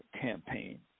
campaign